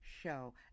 show